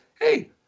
hey